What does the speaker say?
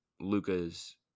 Luca's